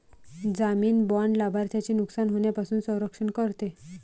जामीन बाँड लाभार्थ्याचे नुकसान होण्यापासून संरक्षण करते